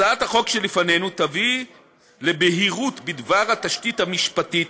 הצעת החוק שלפנינו תביא לבהירות בדבר התשתית המשפטית